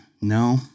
No